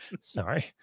Sorry